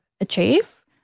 achieve